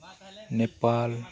Nepal